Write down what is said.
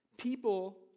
People